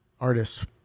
artists